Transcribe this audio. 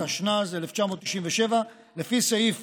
התשנ"ז 1997, לפי סעיף